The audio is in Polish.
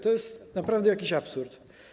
To jest naprawdę jakiś absurd.